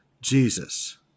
Jesus